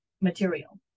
material